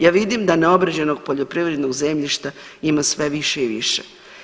Ja vidim da neobrađenog poljoprivrednog zemljišta ima sve više i više.